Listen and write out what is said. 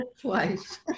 twice